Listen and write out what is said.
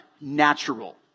natural